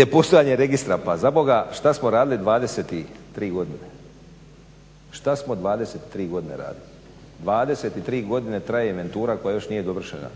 Nepostojanje registra, pa zaboga šta smo radili 23 godine, šta smo 23 godine radili, 23 godine traje inventura koja još nije dovršena,